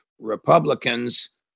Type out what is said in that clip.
republicans